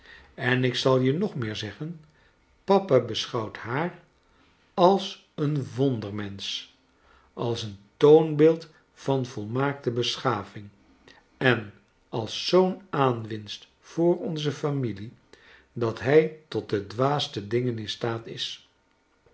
en ik zal je nog meer zeggen papa be schouwt haar als een wondermensoh als een toonbeeld van volmaakte beschaving en als zoo'n aanwinst voor onze familie dat hij tot de dwaaste dingen in staat is